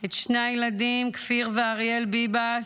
את שני הילדים כפיר ואריאל ביבס,